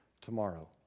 tomorrow